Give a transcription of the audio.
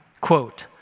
Quote